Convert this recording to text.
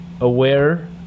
aware